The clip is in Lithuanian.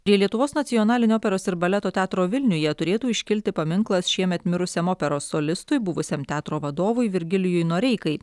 prie lietuvos nacionalinio operos ir baleto teatro vilniuje turėtų iškilti paminklas šiemet mirusiam operos solistui buvusiam teatro vadovui virgilijui noreikai